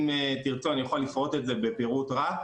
אם תרצו אני יכול לפרט את זה בפירוט רב.